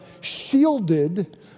shielded